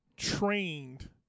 trained